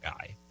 guy